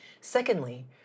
Secondly